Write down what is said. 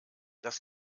das